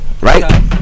right